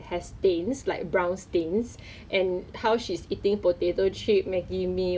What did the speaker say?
be alone 但是有时你要 like spend time with 你的 friends